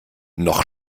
noch